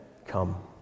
come